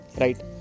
right